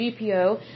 GPO